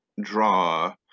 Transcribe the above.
draw